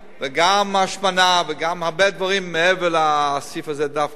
השמנה וגם הרבה דברים מעבר לסעיף הזה דווקא.